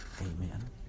amen